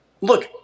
Look